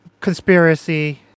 conspiracy